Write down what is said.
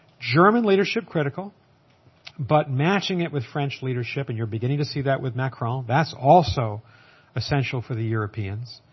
german leadership critical but matching it with french leadership, and you're beginning to see that with macron. that's also essential for the europeans.